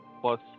plus